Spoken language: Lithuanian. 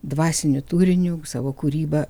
dvasiniu turiniu savo kūryba